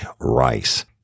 Rice